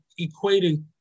equating